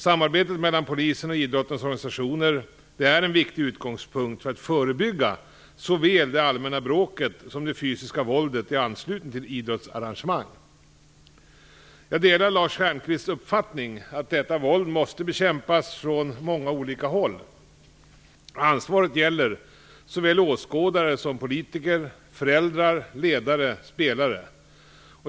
Samarbetet mellan polisen och idrottens organisationer är en viktig utgångspunkt för att förebygga såväl det allmänna bråket som det fysiska våldet i anslutning till idrottsarrangemang. Jag delar Lars Stjernkvists uppfattning att detta våld måste bekämpas från många olika håll. Ansvaret gäller såväl åskådare som politiker, föräldrar, ledare och spelare.